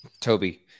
Toby